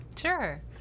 Sure